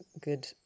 good